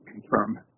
confirm